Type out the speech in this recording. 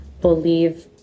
believe